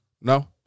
no